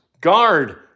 guard